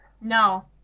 no